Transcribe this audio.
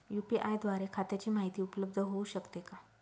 UPI द्वारे खात्याची माहिती उपलब्ध होऊ शकते का?